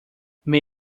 may